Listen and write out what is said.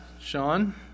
Sean